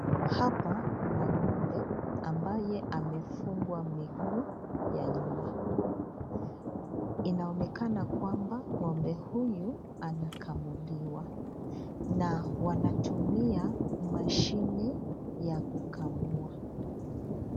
Hapa kuna Ng'ombe ambaye amefungwa miguu ya nyuma. Inaonekana kwamba Ng'ombe huyu anakamuliwa, na wanatumia mashine ya kukamua.